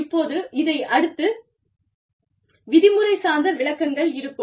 இப்போது இதையடுத்து விதிமுறை சார்ந்த விளக்கங்கள் இருக்கும்